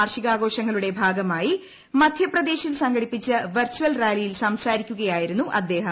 വാർഷികാഘോഷങ്ങളുടെ ഭാഗമായി മധ്യപ്രദേശിൽ സംഘടിപ്പിച്ച വെർച്ചൽ റാലിയിൽ സംസാരിക്കുകയായിരുന്നു അദ്ദേഹം